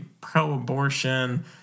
pro-abortion